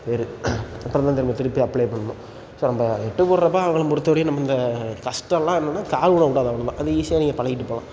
பேர் அப்புறம் தான் திரும்ப திருப்பி அப்ளை பண்ணணும் ஸோ நம்ம எட்டு போடுறது தான் அவங்கள பொறுத்த வரையும் நம்ம இந்த கஷ்டம்லாம் என்னென்னால் கால் ஊனக்கூடாது அவ்வளோ தான் அது ஈஸியாக நீங்கள் பழகிட்டு போகலாம்